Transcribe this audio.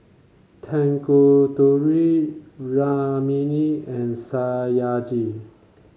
Tanguturi Rukmini and Satyajit